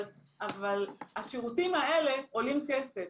אבל השירותים האלה עולים כסף.